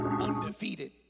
undefeated